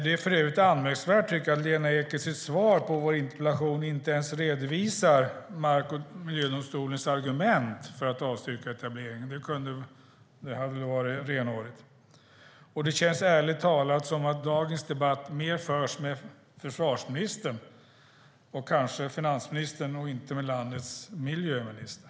Det är för övrigt anmärkningsvärt att Lena Ek i sitt svar på vår interpellation inte ens redovisar mark och miljödomstolens argument för att avstyrka etableringen. Det hade varit renhårigt att göra det. Det känns ärligt talat som att dagens debatt mer förs med försvarsministern och kanske finansministern och inte med landets miljöminister.